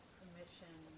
permission